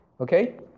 Okay